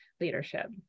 leadership